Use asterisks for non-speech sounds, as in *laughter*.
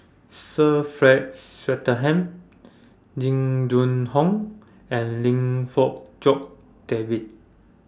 *noise* Sir Frank Swettenham Jing Jun Hong and Lim Fong Jock David